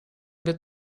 wird